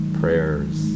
prayers